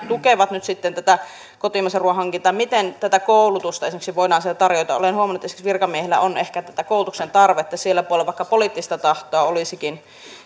tukevat nyt sitten kotimaisen ruoan hankintaa miten esimerkiksi koulutusta voidaan siellä tarjota olen huomannut että esimerkiksi virkamiehillä on ehkä koulutuksen tarvetta sillä puolella vaikka poliittista tahtoa olisikin